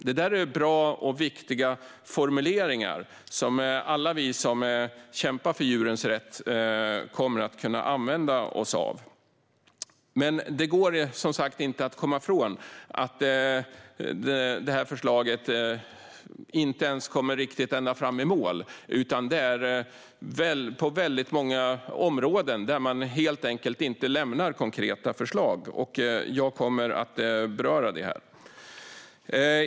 Det är bra och viktiga formuleringar som alla vi som kämpar för djurens rätt kommer att kunna använda oss av. Men det går inte, som sagt, att komma ifrån att förslaget inte kommer riktigt ända fram i mål. Det finns många områden där man helt inte lämnar konkreta förslag, och det kommer jag att beröra här.